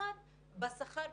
ובמיוחד בשכר,